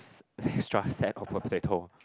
extra set of potato